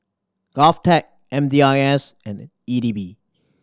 GovTech M D I S and E D B